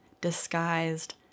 disguised